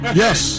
yes